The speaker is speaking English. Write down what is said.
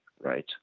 right